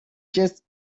just